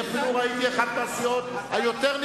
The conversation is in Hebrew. אני אפילו ראיתי אחת מהסיעות היותר-נכבדות.